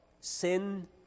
sin